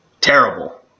terrible